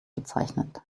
bezeichnet